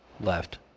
left